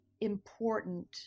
important